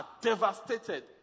devastated